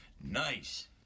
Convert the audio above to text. nice